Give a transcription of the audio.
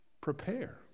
Prepare